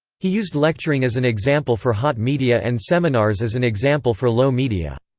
he used lecturing as an example for hot media and seminars as an example for low media.